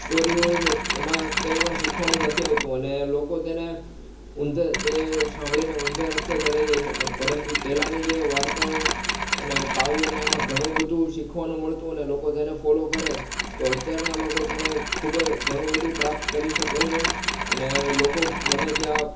story હોય છે એમાં કંઇપણ શીખવાનું નથી આવતું અને લોકો તેને તે સાંભળીને ઉંધા રસ્તે ચઢી જાય છે પણ પરંતુ પહેલાંની જે વાર્તાઓ અને કાવ્ય ને એમાં ઘણું બધુ શીખવાનું મળતું અને લોકો તેને ફોલો કરે તો અત્યારનાં લોકો તેને ખૂબ જ ઘણું બધુ પ્રાપ્ત કરી શકે છે અને લોકો ગમે ત્યાં